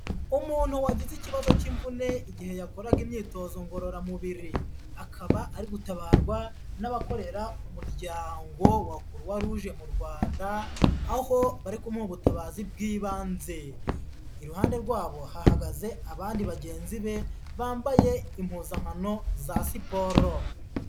Umuntu wagize ikibazo cy'imvune igihe yakoraga imyitozo ngororamubiri, akaba ari gutabarwa n'abakorera umuryango wa Croix Rouge mu Rwanda, aho bari kumha ubutabazi bw'ibanze, iruhande rwabo hahagaze abandi bagenzi be bambaye impuzankano za siporo.